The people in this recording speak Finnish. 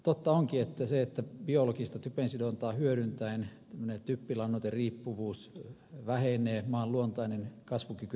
totta onkin että se että biologista typen sidontaa hyödyntäen tämmöinen typpilannoiteriippuvuus vähenee maan luontainen kasvukyky paranee